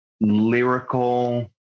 lyrical